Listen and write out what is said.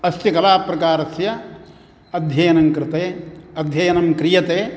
अस्य कलाप्रकारस्य अध्ययनङ्कृते अध्ययनं क्रियते